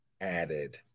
added